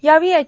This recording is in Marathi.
यावेळी एच